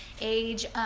age